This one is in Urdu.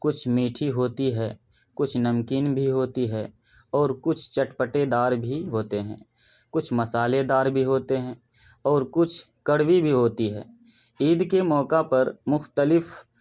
کچھ میٹھی ہوتی ہیں کچھ نمکین بھی ہوتی ہیں اور کچھ چٹ پٹے دار بھی ہوتے ہیں کچھ مسالے دار بھی ہوتے ہیں اور کچھ کڑوی بھی ہوتی ہیں عید کے موقع پر مختلف